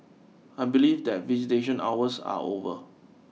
I believe that visitation hours are over